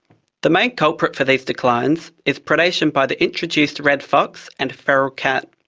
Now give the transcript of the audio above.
the main culprit for these declines is predation by the introduced red fox and feral cat.